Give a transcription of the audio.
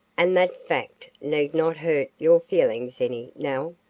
and that fact need not hurt your feelings any, nell.